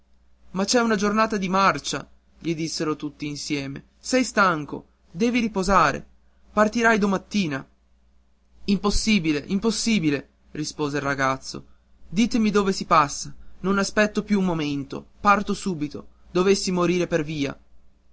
ma c'è una giornata di marcia gli dissero tutti insieme sei stanco devi riposare partirai domattina impossibile impossibile rispose il ragazzo ditemi dove si passa non aspetto più un momento parto subito dovessi morire per via